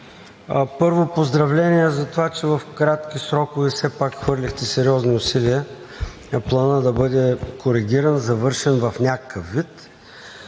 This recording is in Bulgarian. Първо, поздравления за това, че в кратки срокове все пак хвърлихте сериозни усилия Планът да бъде коригиран, завършен в някакъв вид.